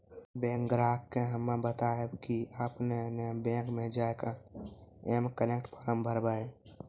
bank ग्राहक के हम्मे बतायब की आपने ने बैंक मे जय के एम कनेक्ट फॉर्म भरबऽ